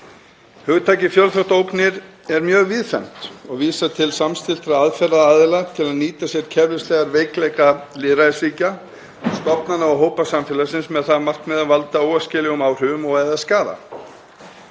Hugtakið fjölþáttaógnir er mjög víðfeðmt og vísar til samstilltra aðferða aðila til að nýta sér kerfislega veikleika lýðræðisríkja, stofnana og hópa samfélagsins með það að markmiði að valda óæskilegum áhrifum og/eða skaða,